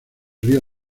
río